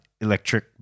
electric